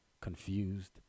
confused